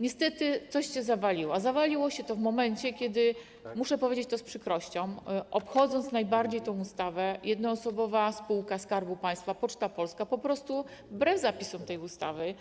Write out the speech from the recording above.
Niestety coś się zawaliło, a zawaliło się to w momencie, kiedy - muszę to powiedzieć z przykrością - obchodząc najbardziej tę ustawę, jednoosobowa spółka Skarbu Państwa Poczta Polska po prostu wbrew zapisom tej ustawy